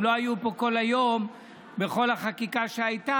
הם לא היו פה כל היום בכל החקיקה שהייתה,